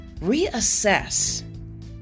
reassess